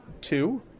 two